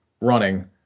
running